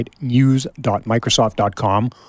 news.microsoft.com